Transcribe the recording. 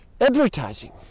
Advertising